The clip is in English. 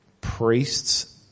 Priests